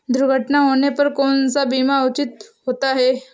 दुर्घटना होने पर कौन सा बीमा उचित होता है?